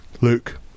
Luke